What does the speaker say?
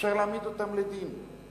אפשר להעמיד אותן לדין.